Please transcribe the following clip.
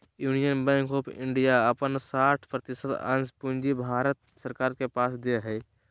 union bank of India अपन साठ प्रतिशत अंश पूंजी भारत सरकार के पास दे हइ